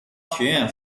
学院